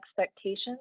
expectations